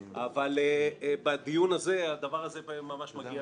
אבל בדיון הזה, הדבר הזה מגיע לפעמים ממש מגיע